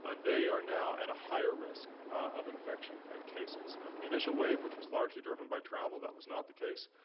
ah they are now at a higher risk of infection and cases. the initial wave, which was largely driven by travel, that was not the case.